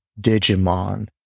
Digimon